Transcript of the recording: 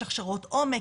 יש הכשרות עומק,